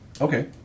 Okay